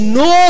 no